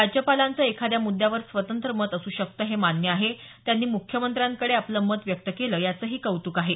राज्यपालांचं एखाद्या मुद्द्यावर स्वतंत्र मत असू शकतं हे मान्य आहे त्यांनी मुख्यमंत्र्यांकडे आपलं मत व्यक्त केलं याचंही कौतुक आहे